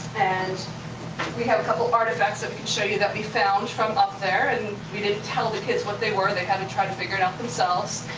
and we have a couple artifacts that we can show you that we found from up there. and we didn't tell the kids what they were. they had to try to figure it out themselves.